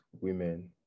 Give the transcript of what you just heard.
women